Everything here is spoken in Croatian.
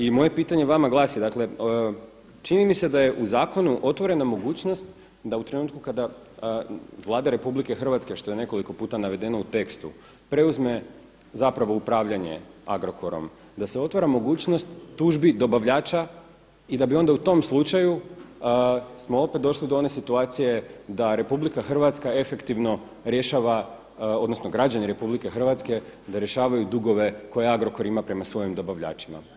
I moje pitanje vama glasi, dakle čini mi se da je u zakonu otvorena mogućnost da u trenutku kada Vlada RH što je nekoliko puta navedeno u tekstu preuzme zapravo upravljanje Agrokorom, da se otvara mogućnost tužbi dobavljača i da bi onda u tom slučaju smo opet došli do one situacije da Republika Hrvatska efektivno rješava, odnosno građani Republike Hrvatske da rješavaju dugove koje Agrokor ima prema svojim dobavljačima.